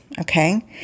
okay